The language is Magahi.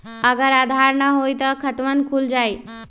अगर आधार न होई त खातवन खुल जाई?